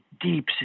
deep